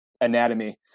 anatomy